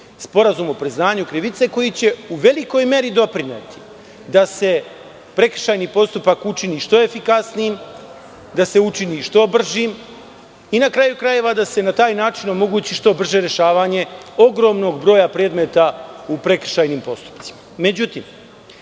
sporazum o priznanju krivice, koji će u velikoj meri doprineti da se prekršajni postupak učini što efikasnijim, da se učini što bržim i, na kraju krajeva, da se na taj način omogući što brže rešavanje ogromnog broja predmeta u prekršajnim postupcima.Međutim,